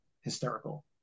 hysterical